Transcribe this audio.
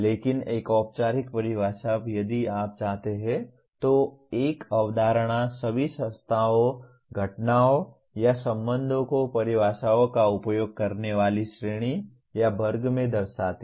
लेकिन एक औपचारिक परिभाषा यदि आप चाहते हैं तो एक अवधारणा सभी संस्थाओं घटनाओं या संबंधों को परिभाषाओं का उपयोग करने वाली श्रेणी या वर्ग में दर्शाती है